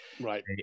Right